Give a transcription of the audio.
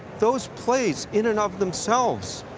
those plays, in and of themselves,